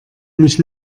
mich